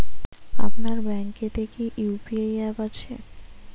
আপনার ব্যাঙ্ক এ তে কি ইউ.পি.আই অ্যাপ আছে?